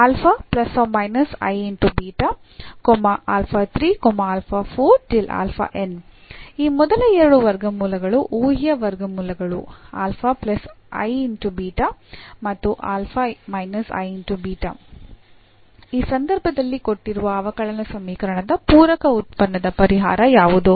ಈ ಮೊದಲ ಎರಡು ವರ್ಗಮೂಲಗಳು ಊಹ್ಯ ವರ್ಗಮೂಲಗಳು ಮತ್ತು ಈ ಸಂದರ್ಭದಲ್ಲಿ ಕೊಟ್ಟಿರುವ ಅವಕಲನ ಸಮೀಕರಣದ ಪೂರಕ ಉತ್ಪನ್ನದ ಪರಿಹಾರ ಯಾವುದು